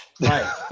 Right